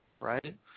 Right